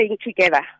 together